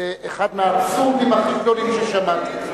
זה אחד מהאבסורדים הכי גדולים ששמעתי.